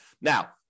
Now